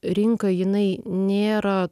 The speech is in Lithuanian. rinka jinai nėra